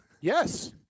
Yes